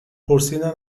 پرسیدن